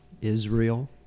Israel